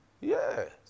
Yes